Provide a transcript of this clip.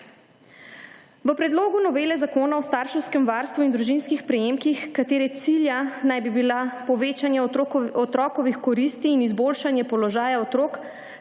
V predlogu novele zakonov o starševskem varstvu in družinskih prejemkih, katere cilja naj bi bila povečanje otrokovih koristi in izboljšanje položaja otrok